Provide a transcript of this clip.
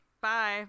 bye